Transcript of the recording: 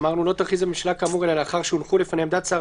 לא תכריז הממשלה כאמור אלא לאחר שהונחו לפניה עמדת שר